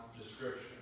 description